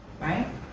right